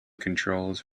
controls